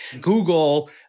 Google